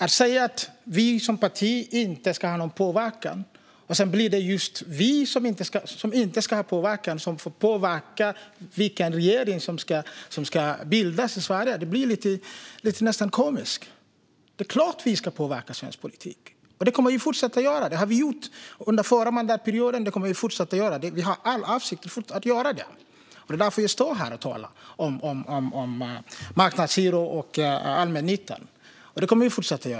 Det sägs att vi som parti inte ska ha någon påverkan, och så blir det just vi som får påverka vilken regering som ska bildas i Sverige. Det blir nästan lite komiskt. Det är klart att vi ska påverka svensk politik. Det gjorde vi under förra mandatperioden, och det kommer vi att fortsätta att göra. Vi har all avsikt att göra det. Det är därför jag står här och talar om marknadshyror och om allmännyttan.